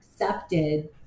accepted